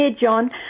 John